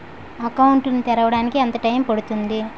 Account ను తెరవడానికి ఎంత టైమ్ పడుతుంది?